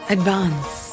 Advance